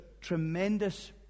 tremendous